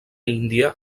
índia